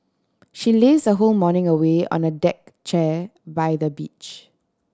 she laze her whole morning away on the deck chair by the beach